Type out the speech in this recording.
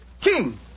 King